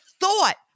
thought